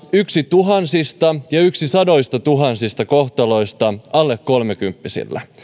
yksi tuhansista ja yksi sadoistatuhansista kohtaloista alle kolmekymppisillä